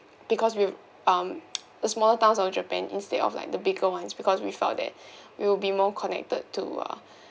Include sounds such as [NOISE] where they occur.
because we um [NOISE] the smaller towns of japan instead of like the bigger ones because we felt that we will be more connected to ah